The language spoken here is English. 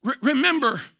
Remember